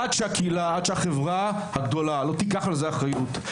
עד שהחברה הגדולה לא תיקח על זה אחריות,